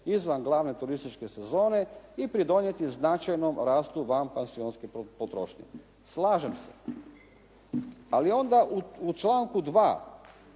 izvan glavne turističke sezone i pridonijeti značajnom rastu van pansionske potrošnje. Slažem se, ali onda u članku 2.